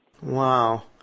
Wow